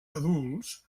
adults